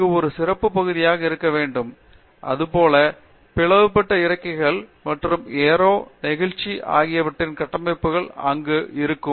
அங்கு ஒரு சிறப்பு பகுதியாக இருக்க வேண்டும் அதேபோல் பிளவுபட்ட இறக்கைகள் மற்றும் ஏரோ நெகிழ்ச்சி ஆகியவற்றின் கட்டமைப்புகள் அங்கு இருக்கும்